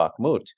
Bakhmut